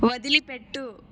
వదిలిపెట్టు